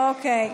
אוקיי.